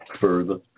further